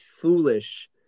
foolish